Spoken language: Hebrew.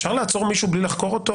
אפשר לעצור מישהו בלי לחקור אותו?